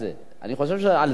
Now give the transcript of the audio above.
אני חושב שעל זה מדברים.